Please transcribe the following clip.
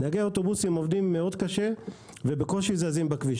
נהגי האוטובוסים עובדים קשה מאוד ובקושי זזים בכביש.